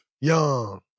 Young